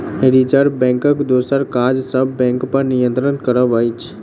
reserve बैंकक दोसर काज सब बैंकपर नियंत्रण करब अछि